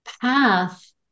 path